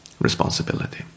responsibility